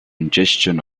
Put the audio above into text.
ingestion